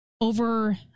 over